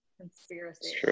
Conspiracy